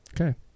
Okay